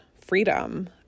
freedom